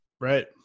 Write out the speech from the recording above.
Right